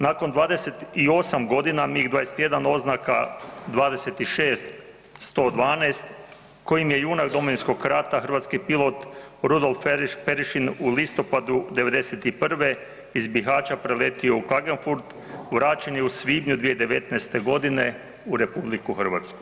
Nakon 28 godina MIG-21 oznaka 26112 koji je junak Domovinskog rata, hrvatski pilot Rudolf Perešin u listopadu '91. iz Bihaća preletio u Klagenfurt, vraćen je u svibnju 2019. g. u RH.